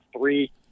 three